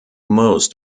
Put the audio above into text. most